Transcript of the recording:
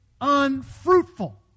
unfruitful